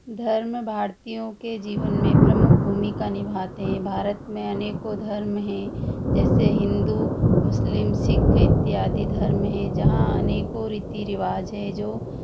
धर्म भारतीयों के जीवन में प्रमुख भूमिका निभाते हैं भारत में अनेकों धर्म हैं जैसे हिंदू मुस्लिम सिख इत्यादि धर्म हैं जहाँ अनेकों रीति रिवाज हैं जो